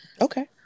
Okay